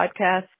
podcast